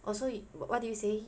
oh sorry what did you say